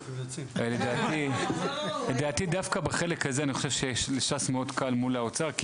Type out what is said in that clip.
אני חושב שדווקא בחלק הזה לש"ס קל מול האוצר,